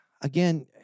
again